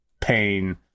pain